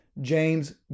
James